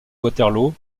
waterloo